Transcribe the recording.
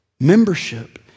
Membership